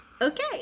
Okay